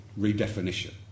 redefinition